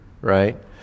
right